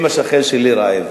אם השכן שלי רעב,